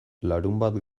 larunbat